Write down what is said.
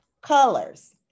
colors